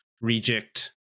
reject